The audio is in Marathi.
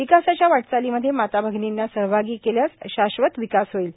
विकासाच्या वाटचालीमध्ये माता भगिनींना सहभागी केल्यास शाश्वत विकास होईल